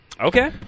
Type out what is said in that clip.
Okay